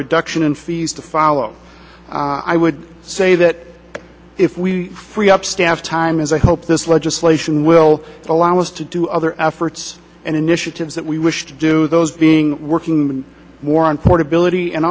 reduction in fees to follow i would say that if we free up staff time as i hope this legislation will allow us to do other efforts and initiatives that we wish to do those being working more on portability and